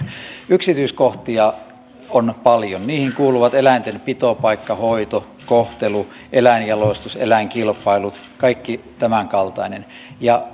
yksityiskohtia on paljon niihin kuuluvat eläinten pitopaikka hoito kohtelu eläinjalostus eläinkilpailut kaikki tämänkaltainen ja